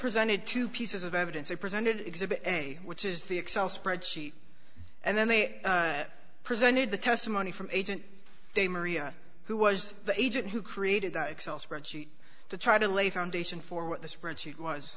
presented two pieces of evidence they presented exhibit a which is the excel spreadsheet and then they presented the testimony from agent de maria who was the agent who created the excel spreadsheet to try to lay foundation for what the spreadsheet was